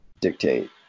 dictate